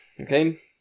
okay